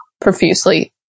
profusely